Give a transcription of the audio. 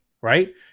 right